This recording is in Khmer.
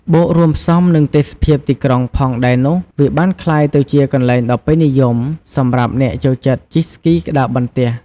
បូករួមផ្សំ និងទេសភាពទីក្រុងផងដែរនោះ វាបានក្លាយទៅជាកន្លែងដ៏ពេញនិយមសម្រាប់អ្នកចូលចិត្តជិះស្គីក្ដារបន្ទះ។